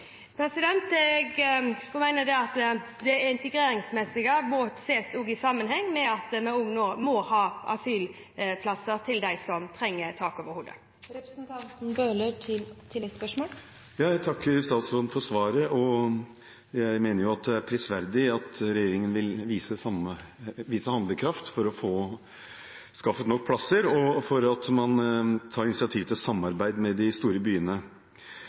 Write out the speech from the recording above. Jeg mener at det integreringsmessige også må sees i sammenheng med at vi nå må ha asylplasser til dem som trenger tak over hodet. Jeg takker statsråden for svaret og mener det er prisverdig at regjeringen vil vise handlekraft for å få skaffet nok plasser, og at man tar initiativ til samarbeid med de store byene.